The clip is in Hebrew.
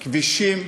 כבישים,